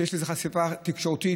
שיש לזה חשיפה תקשורתית,